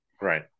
Right